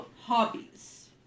hobbies